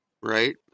Right